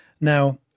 Now